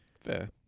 fair